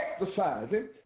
exercising